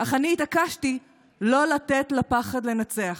אך אני התעקשתי לא לתת לפחד לנצח.